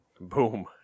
Boom